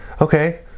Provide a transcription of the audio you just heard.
Okay